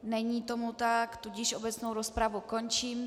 Není tomu tak, tudíž obecnou rozpravu končím.